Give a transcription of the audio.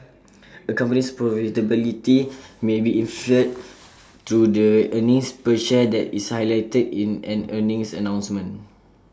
A company's profitability may be inferred through the earnings per share that is highlighted in an earnings announcement